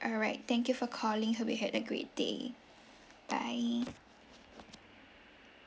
alright thank you for calling hope you had a great day bye